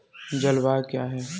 जलवायु क्या है?